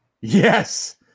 Yes